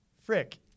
Frick